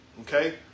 Okay